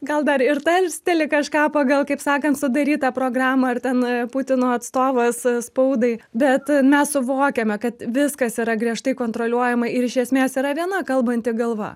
gal dar ir tarsteli kažką pagal kaip sakant sudarytą programą ar ten putino atstovas spaudai bet mes suvokiame kad viskas yra griežtai kontroliuojama ir iš esmės yra viena kalbanti galva